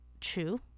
true